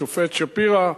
השופט שפירא,